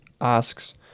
asks